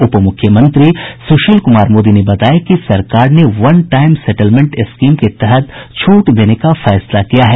उपमुख्यमंत्री सुशील कुमार मोदी ने बताया कि सरकार ने वन टाईम सेटेलमेंट स्कीम के तहत छूट देने का फैसला किया है